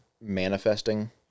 manifesting